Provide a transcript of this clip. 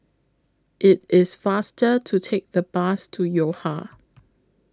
IT IS faster to Take The Bus to Yo Ha